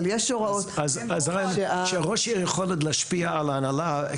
אבל יש הוראות -- אז שראש עיר יכול עוד להשפיע על ההנהלה.